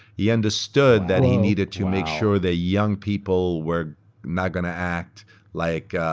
he understood that he needed to make sure the young people were not going to act like